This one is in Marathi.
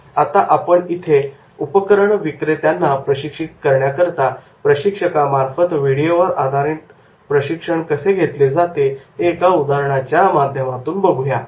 आता इथे आपण उपकरण विक्रेत्यांना प्रशिक्षित करण्याकरिता प्रशिक्षकामार्फत व्हिडिओवर आधारित प्रशिक्षण कसे घेतले जाते हे एका उदाहरणाच्या माध्यमातून बघूया